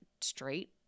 straight